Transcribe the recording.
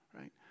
right